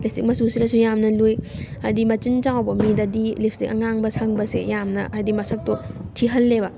ꯂꯤꯞ ꯏꯁꯇꯤꯛ ꯃꯆꯨꯁꯤꯗꯁꯨ ꯌꯥꯝꯅ ꯂꯨꯏ ꯍꯥꯏꯗꯤ ꯃꯆꯤꯟ ꯆꯥꯎꯕ ꯃꯤꯗꯗꯤ ꯂꯤꯞ ꯏꯁꯇꯤꯛ ꯑꯉꯥꯡꯕ ꯁꯪꯕꯁꯦ ꯌꯥꯝꯅ ꯍꯥꯏꯗꯤ ꯃꯁꯛꯇꯣ ꯊꯤꯍꯜꯂꯦꯕ